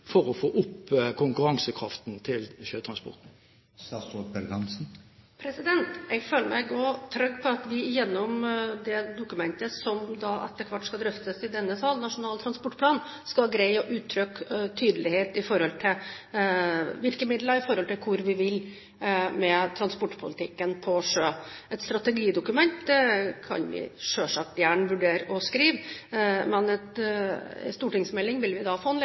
for å få opp konkurransekraften til sjøtransporten? Jeg føler meg også trygg på at vi gjennom det dokumentet som etter hvert skal drøftes i denne sal – Nasjonal transportplan – skal greie å uttrykke tydelighet når det gjelder virkemidler i forhold til hvor vi vil med transportpolitikken på sjø. Et strategidokument kan vi selvsagt gjerne vurdere å skrive, men en stortingsmelding vil vi få